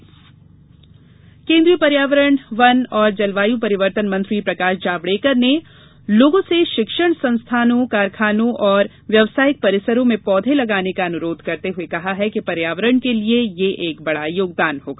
जावडेकर केन्द्रीय पर्यावरण वन और जलवायू परिवर्तन मंत्री प्रकाश जावड़ेकर ने लोगों से शिक्षण संस्थोनों कारखानों और व्यनवसायिक परिसरों में पौधे लगाने का अनुरोध करते हुए कहा है कि पर्यावरण के लिए यह एक बड़ा योगदान होगा